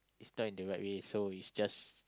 is not in the right way so is just